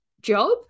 job